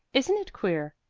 isn't it queer?